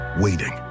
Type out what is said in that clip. waiting